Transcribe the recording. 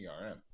CRM